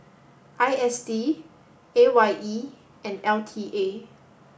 I S D A Y E and L T A